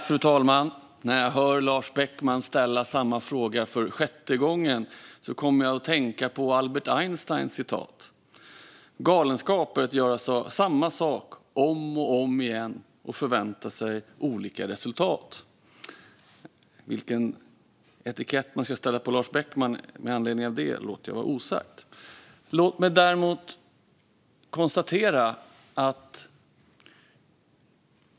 Fru talman! När jag hör Lars Beckman ställa samma fråga för sjätte gången kommer jag att tänka på något Albert Einstein sa: Galenskap är att göra samma sak om och om igen och förvänta sig olika resultat. Vilken etikett man ska sätta på Lars Beckman med anledning av detta låter jag vara osagt.